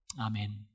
Amen